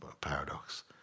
paradox